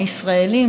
הישראלים,